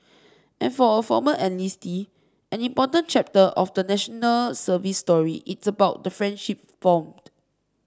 and for a former enlistee an important chapter of the National Service story is about the friendship formed